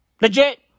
Legit